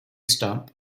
stump